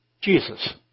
Jesus